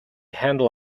handle